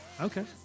okay